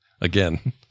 again